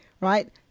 right